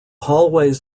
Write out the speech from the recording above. hallways